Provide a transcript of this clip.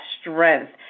strength